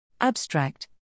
Abstract